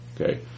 Okay